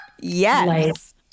Yes